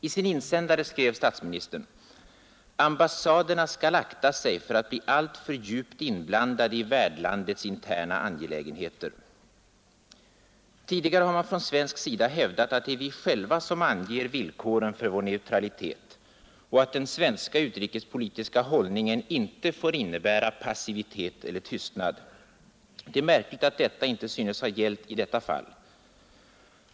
I insändaren i New York Times skriver statsministern: ”Ambassaderna skall akta sig för att bli alltför djupt inblandade i värdlandets interna angelägenheter.” Tidigare har man från svensk sida hävdat att det är vi själva som anger villkoren för vår neutralitet och att den svenska utrikespolitiska hållningen inte får innebära passivitet eller tystnad. Det är märkligt att detta inte synes ha gällt i fallet Solsjenitsyn.